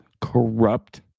corrupt